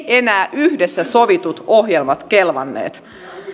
enää yhdessä sovitut ohjelmat kelvanneet